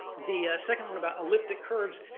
the second one about elliptic curves,